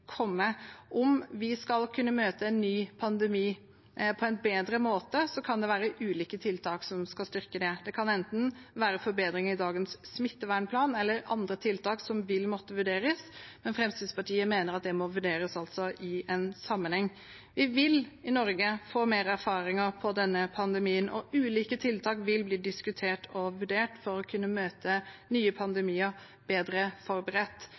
komme. Om vi skal kunne møte en ny pandemi på en bedre måte, kan det være ulike tiltak som skal styrke det. Det kan enten være forbedringer i dagens smittevernplan eller andre tiltak som vil måtte vurderes. Men Fremskrittspartiet mener det må vurderes i en sammenheng. Vi vil i Norge få mer erfaring med tanke på denne pandemien, og ulike tiltak vil bli diskutert og vurdert for å kunne møte nye pandemier bedre forberedt.